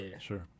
sure